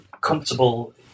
comfortable